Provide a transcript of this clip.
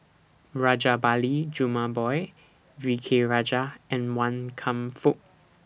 Rajabali Jumabhoy V K Rajah and Wan Kam Fook